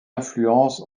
influence